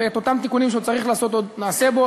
ואת אותם תיקונים שצריך לעשות עוד נעשה בו.